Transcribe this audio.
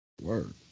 Word